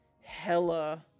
hella